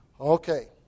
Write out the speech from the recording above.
Okay